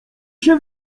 się